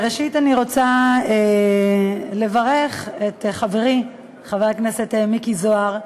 ראשית אני רוצה לברך את חברי חבר הכנסת מיקי זוהר,